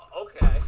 okay